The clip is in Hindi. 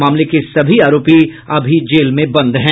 मामले के सभी आरोपी अभी जेल में बंद हैं